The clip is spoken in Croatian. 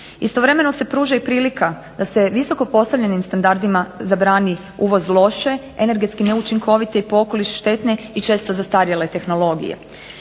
Istovremeno se pruža i prilika da se visoko postavljenim standardima zabrani uvoz loše energetski neučinkovite i po okoliš štetne i često zastarjele tehnologije.